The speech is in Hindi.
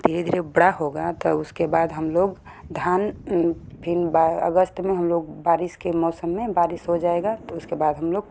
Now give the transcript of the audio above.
धीरे धीरे बड़ा होगा त उसके बाद हम लोग धान फिर अगस्त में हम लोग बारिश के मौसम में बारिश हो जाएगा त उसके बाद हम लोग